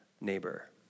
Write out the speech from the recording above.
neighbor